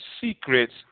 secrets